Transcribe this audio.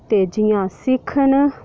ते जि'यां सिक्ख न